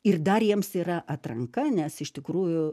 ir dar jiems yra atranka nes iš tikrųjų